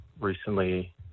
Recently